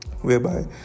whereby